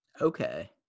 Okay